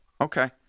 Okay